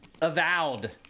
avowed